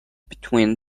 between